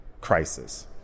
crisis